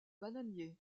bananier